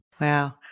Wow